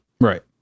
Right